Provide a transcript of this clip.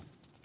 l p